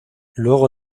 luego